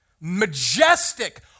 majestic